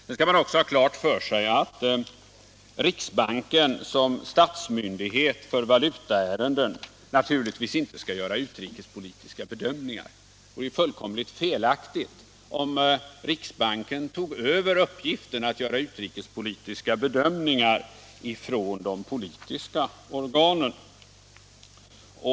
Man skall också ha klart för sig att riksbanken som statsmyndighet för valutaärenden naturligtvis inte skall göra utrikespolitiska bedömningar; det vore fullkomligt felaktigt om riksbanken övertog den uppgiften från de politiska organen.